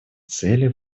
целей